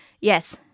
Yes